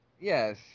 Yes